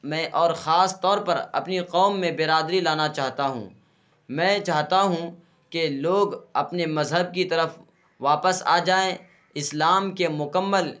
میں اور خاص طور پر اپنی قوم میں برادری لانا چاہتا ہوں میں چاہتا ہوں کہ لوگ اپنے مذہب کی طرف واپس آ جائیں اسلام کے مکمل